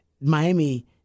Miami